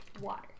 water